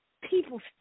People